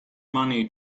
money